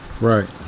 Right